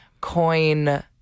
coin